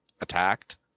attacked